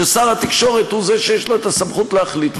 ששר התקשורת הוא זה שיש לו הסמכות להחליט,